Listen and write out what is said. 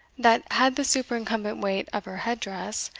that, had the superincumbent weight of her head-dress,